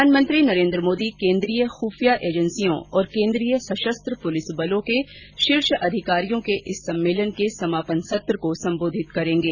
प्रधानमंत्री नरेंद्र मोदी केंद्रीय खुफिया एजेंसियों और केंद्रीय सशस्त्र पुलिस बलों के शीर्ष अधिकारियों के इस सम्मेलन के समापन सत्र का ेसंबोधित करेंगे